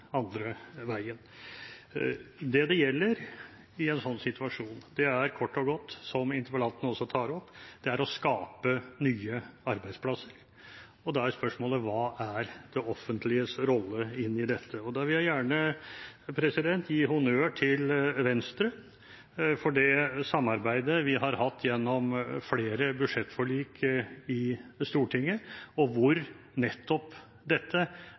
andre veien. Det som gjelder i en sånn situasjon, er kort og godt, som interpellanten også tar opp, å skape nye arbeidsplasser. Da er spørsmålet: Hva er det offentliges rolle i dette? Jeg vil gjerne gi honnør til Venstre for det samarbeidet vi har hatt gjennom flere budsjettforlik i Stortinget. Det handler nettopp om å skape nye arbeidsplasser, å fokusere på gründerskap og